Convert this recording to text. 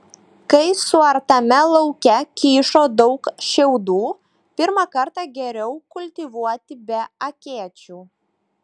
kai suartame lauke kyšo daug šiaudų pirmą kartą geriau kultivuoti be akėčių